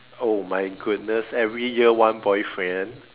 oh my goodness every year one boyfriend